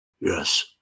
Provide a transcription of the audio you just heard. Yes